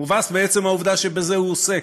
מובס מעצם העובדה שבזה הוא עוסק,